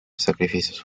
sacrificios